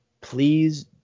please